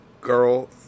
girl